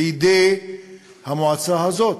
בידי המועצה הזאת,